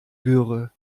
göre